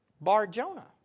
Bar-Jonah